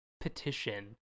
petition